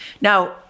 now